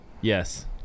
Yes